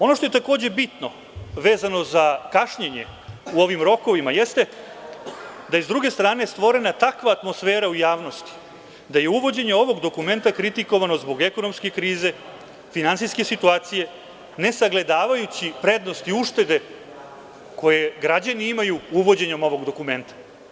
Ono što je takođe bitno vezano za kašnjenje u ovim rokovima jeste da je stvorena takva atmosfera u javnosti da je uvođenje ovog dokumenta kritikovano zbog ekonomske krize, finansijske situacije, ne sagledavajući prednosti uštede koje građani imaju uvođenjem ovog dokumenta.